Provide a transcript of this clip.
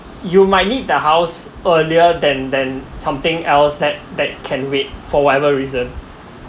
you might need the house earlier than than something else that that can wait for whatever reason